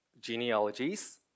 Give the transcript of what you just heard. genealogies